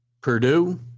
Purdue